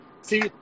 See